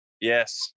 Yes